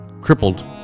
crippled